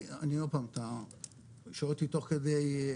אתה שואל אותי תוך כדי,